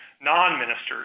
non-ministers